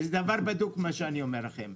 וזה דבר בדוק מה שאני אומר לכם.